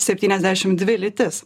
septyniasdešim dvi lytis